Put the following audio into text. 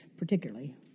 Particularly